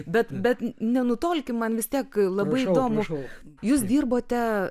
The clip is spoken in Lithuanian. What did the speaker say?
bet bet nenutolkim man vis tiek labai įdomu jūs dirbote